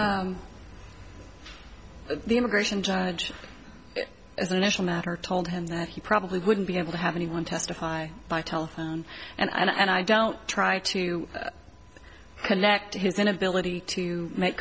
judge as an initial matter told him that he probably wouldn't be able to have anyone testify by telephone and i don't try to connect his inability to make